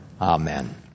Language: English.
Amen